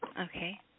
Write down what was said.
Okay